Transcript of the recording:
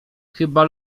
chyba